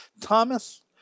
Thomas